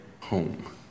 home